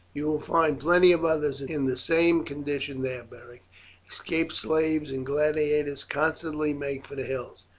you will find plenty of others in the same condition there, beric escaped slaves and gladiators constantly make for the hills,